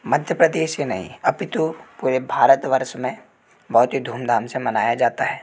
मध्य प्रदेश ही नहीं अपितु पूरे भारत वर्ष में बहुत ही धूमधाम से मनाया जाता है